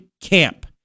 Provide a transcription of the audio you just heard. camp